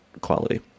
quality